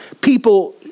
people